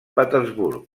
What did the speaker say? petersburg